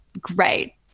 great